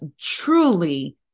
truly